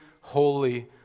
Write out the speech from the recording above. holy